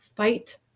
fight